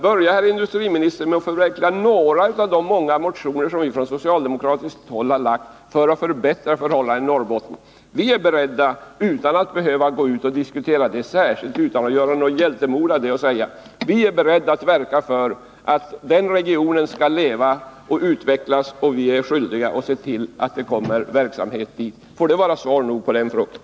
Börja, herr industriminister, med att förverkliga förslagen i några av de motioner som vi har väckt från socialdemokratiskt håll för att förbättra förhållandena i Norrbotten! Vi säger, utan att behöva gå ut och diskutera det särskilt, utan att göra något hjältemod av det: Vi är beredda att verka för att den här regionen skall leva och utvecklas, och vi är skyldiga att se till att det kommer verksamhet dit. Får det vara svar nog på den frågan?